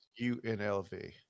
unlv